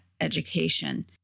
education